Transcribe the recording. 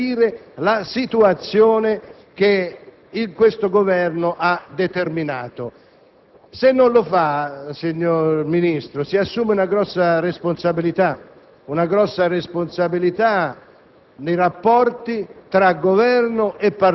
prima delle dichiarazioni di voto. Ha l'obbligo di chiarire la situazione che l'attuale Governo ha determinato. Se non lo fa, signor Ministro, si assume una grossa responsabilità nei confronti